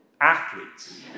athletes